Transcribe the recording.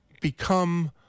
become